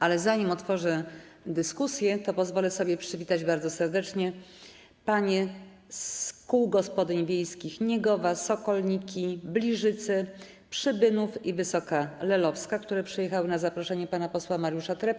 Ale zanim otworzę dyskusję, pozwolę sobie przywitać bardzo serdecznie panie z kół gospodyń wiejskich z Niegowa, Sokolnik, Bliżyc, Przybynowa i Wysokiej Lelowskiej, które przyjechały na zaproszenie pana posła Mariusza Trepki.